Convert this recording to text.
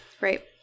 Right